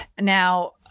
Now